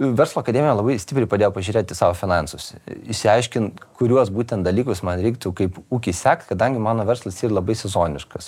verslo akademija labai stipriai padėjo pažiūrėt į savo finansus išsiaiškint kuriuos būtent dalykus man reiktų kaip ūkį sekt kadangi mano verslas yra labai sezoniškas